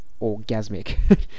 orgasmic